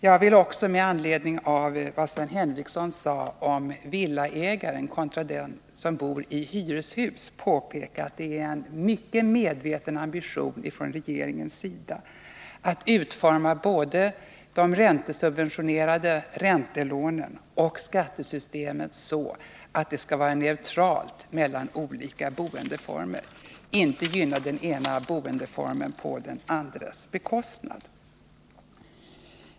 Jag vill också med anledning av vad Sven Henricsson sade om villaägare kontra dem som bor i hyreshus påpeka att det är en mycket medveten ambition från regeringens sida att utforma både de räntesubventionerade räntelånen och skattesystemet på ett sådant sätt att det skall råda neutralitet mellan olika boendeformer, så att inte den ena boendeformen gynnas på den andras bekostnad.